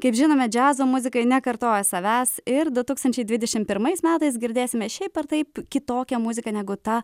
kaip žinome džiazo muzikai nekartoja savęs ir du tūkstančiai dvidešim pirmais metais girdėsime šiaip ar taip kitokią muziką negu ta